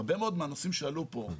הרבה מאוד מהנושאים שעלו פה,